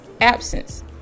absence